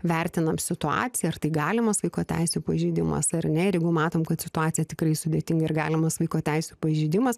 vertinam situaciją ar galimas vaiko teisių pažeidimas ar ne ir jeigu matome kad situacija tikrai sudėtinga ir galimas vaiko teisių pažeidimas